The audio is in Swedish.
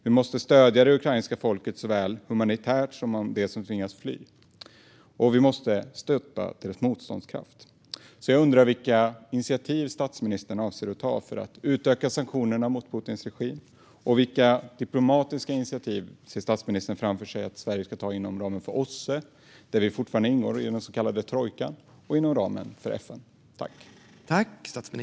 Vi måste stödja det ukrainska folket humanitärt och stödja dem som tvingas fly. Vi måste stötta dess motståndskraft. Jag undrar vilka initiativ statsministern avser att ta för att utöka sanktionerna mot Putins regim och vilka diplomatiska initiativ statsministern ser framför sig att Sverige ska ta inom ramen för OSSE, där vi fortfarande ingår i den så kallade trojkan, och inom ramen för FN.